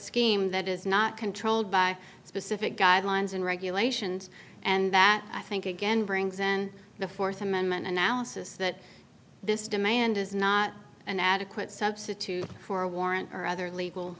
scheme that is not controlled by specific guidelines and regulations and that i think again brings in the fourth amendment analysis that this demand is not an adequate substitute for a warrant or other legal